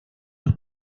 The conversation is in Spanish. los